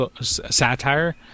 satire